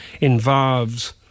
involves